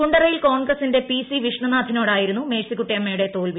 കുണ്ടറയിൽ കോൺഗ്രസിന്റെ P C വിഷ്ണുനാഥിനോടായിരുന്നു മേഴ്സിക്കുട്ടിയമ്മയുടെ തോൽവി